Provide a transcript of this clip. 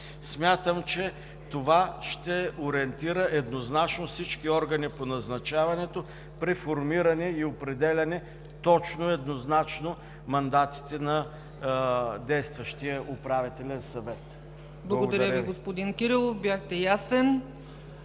Смятам, че това ще ориентира еднозначно всички органи по назначаването при формиране и определяне точно, еднозначно мандатите на действащия Управителен съвет. Благодаря. ПРЕДСЕДАТЕЛ